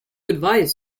advise